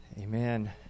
Amen